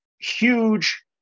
huge